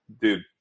dude